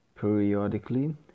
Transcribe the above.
periodically